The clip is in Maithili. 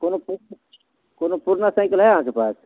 कोनो कोनो पुरना साइकिल हय अहाँके पास